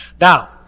Now